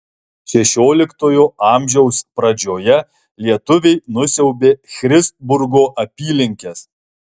šešioliktojo amžiaus pradžioje lietuviai nusiaubė christburgo apylinkes